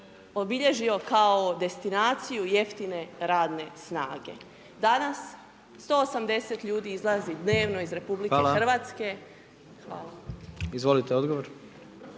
obilježio kao destinaciju jeftine radne snage. Danas 180 ljudi izlazi dnevno iz RH. Hvala. **Jandroković,